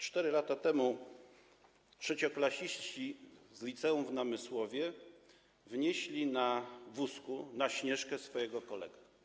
4 lata temu trzecioklasiści z liceum w Namysłowie wnieśli na wózku na Śnieżkę swojego kolegę.